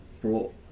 brought